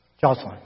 Jocelyn